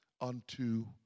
unto